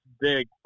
big